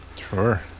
Sure